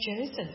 Joseph